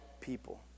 people